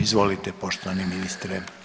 Izvolite poštovani ministre.